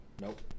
Nope